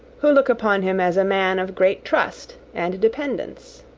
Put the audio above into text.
who look upon him as a man of great trust and dependence